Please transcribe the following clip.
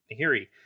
Nahiri